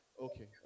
Okay